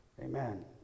Amen